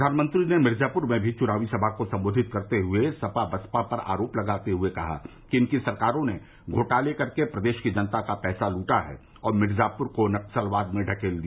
प्रधानमंत्री ने मिर्जापुर में भी चुनावी सभा को संबोधित करते हुए सपा और बसपा पर आरोप लगाते हुए कहा कि इनकी सरकारों ने घोटाले करके प्रदेश की जनता का पैसा लूटा है और मिर्जापुर को नक्सलवाद में ढकेल दिया